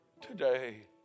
today